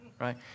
right